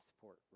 passport